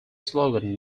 slogan